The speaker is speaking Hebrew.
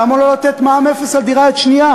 למה לא לתת מע"מ אפס על דירה יד שנייה?